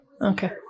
Okay